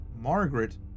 Margaret